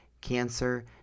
cancer